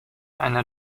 einer